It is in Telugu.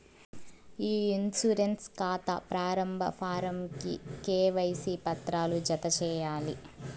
ఇ ఇన్సూరెన్స్ కాతా ప్రారంబ ఫారమ్ కి కేవైసీ పత్రాలు జత చేయాలి